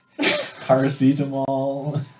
Paracetamol